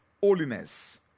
holiness